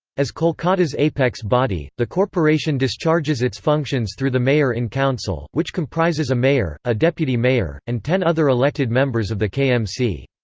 as kolkata's apex body, the corporation discharges its functions through the mayor-in-council, which comprises a mayor, a deputy mayor, and ten other elected members of the kmc.